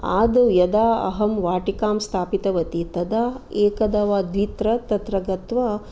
आदौ यदा अहं वाटिकां स्ठापितवती तदा एकदा वा द्वित्र तत्र गत्वा